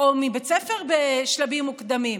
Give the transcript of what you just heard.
או מבית ספר בשלבים מוקדמים,